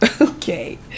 Okay